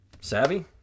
savvy